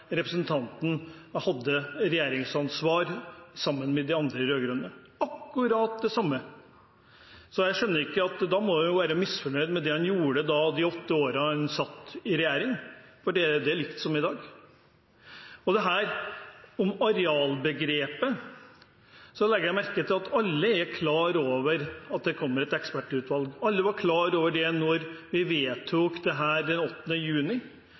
representanten Greni og flere til. Videregående skole er på akkurat samme måte som under de åtte årene representantens parti hadde regjeringsansvar sammen med de andre rød-grønne – det er akkurat det samme. Så det skjønner jeg ikke. Da må hun være misfornøyd med det en gjorde i de åtte årene en satt i regjering, for det var likt som i dag. Og når det gjelder dette om arealbegrepet, legger jeg merke til at alle er klar over at det kommer et ekspertutvalg. Alle var